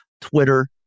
Twitter